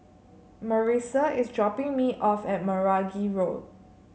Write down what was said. Marissa is dropping me off at Meragi Road